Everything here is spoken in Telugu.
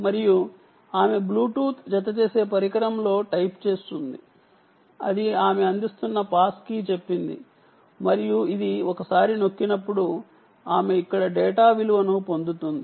మరియు ఆమె బ్లూటూత్ జత చేసే పరికరంలో పాస్ కీ టైప్ చేస్తుంది మరియు ఇది ఒకసారి నొక్కినప్పుడు ఆమె ఇక్కడ డేటా విలువను పొందుతుంది